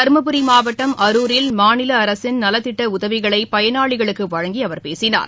தரும்புரி மாவட்டம் அரூரில் மாநில அரசின் நலத்திட்ட உதவிகளை பயனாளிகளுக்கு வழங்கி அவர் பேசினார்